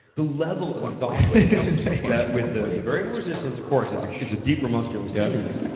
the level of exhaustion it's insane. that with the the variable resistance, of course, it's it's a deeper muscular stimulus.